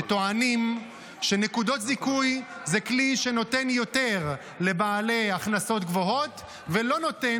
שטוענים שנקודות זיכוי זה כלי שנותן יותר לבעלי הכנסות גבוהות ולא נותן,